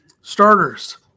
Starters